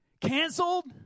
Canceled